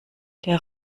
der